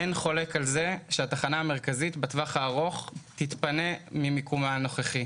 אין חולק על זה שהתחנה המרכזית בטווח הארוך תתפנה ממיקומה הנוכחי.